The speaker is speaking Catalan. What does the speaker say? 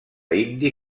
indi